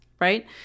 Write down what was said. right